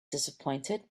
disappointed